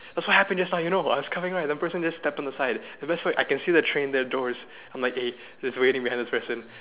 that's what happened just now you know I was coming right the person just step on the side the best part I can see the train the doors I'm like eh just waiting behind this person